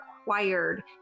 Required